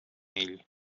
ell